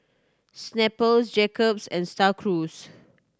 Snapple Jacob's and Star Cruise